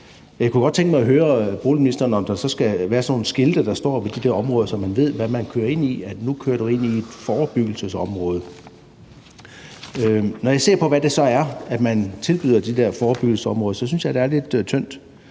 Jeg kunne godt tænke mig at høre boligministeren, om der så skal være sådan nogle skilte, der står ved de der områder, så man ved, at man nu kører ind i et forebyggelsesområde. Når jeg så ser på, hvad det er, man tilbyder de der forebyggelsesområder, så synes jeg, det er lidt tyndt.